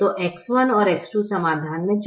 तो X1 और X2 समाधान में चर हैं